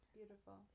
Beautiful